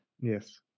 yes